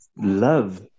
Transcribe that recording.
love